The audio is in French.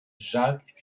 jacques